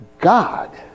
God